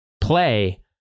play